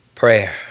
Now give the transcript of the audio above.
Prayer